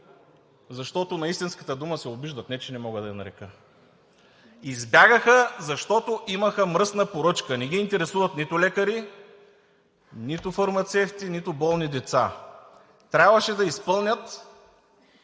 Защото на истинската дума се обиждат – не че не мога да я нарека. Избягаха, защото имаха мръсна поръчка. Не ги интересуват нито лекари, нито фармацевти, нито болни деца. Трябваше да изпълнят